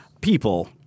people